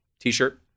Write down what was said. t-shirt